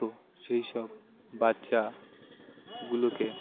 তো সেই সব বাচ্চাগুলোকে